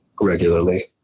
regularly